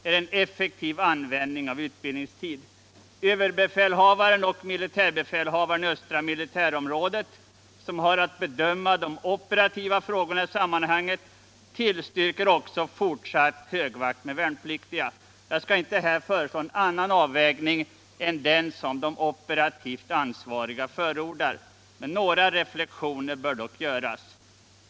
är en effektiv användning av utbildningstid. Överbefälhavaren och militärbefälhavaren i Östra militärområdet, som har att bedöma de operativa frågorna i sammanhanget, tillstyrker också fortsatt högvakt med värnpliktiga. Jag skall inte här föreslå en annan avvägning än den som de operativt ansvariga förordar. Några reflexioner bör dock göras.